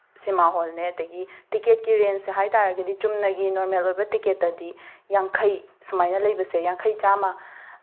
ꯁꯤꯃꯥ ꯍꯣꯜꯅꯦ ꯑꯗꯒꯤ ꯇꯤꯛꯀꯦꯠꯀꯤ ꯔꯦꯟꯖ ꯍꯥꯏꯇꯥꯔꯒꯗꯤ ꯆꯨꯝꯅꯒꯤ ꯅꯣꯔꯃꯦꯜ ꯑꯣꯏꯕ ꯇꯤꯀꯦꯠꯇꯗꯤ ꯌꯥꯡꯈꯩ ꯁꯨꯃꯥꯏꯅ ꯂꯩꯕꯁꯦ ꯌꯥꯡꯈꯩ ꯆꯥꯝꯃ